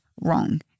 wrong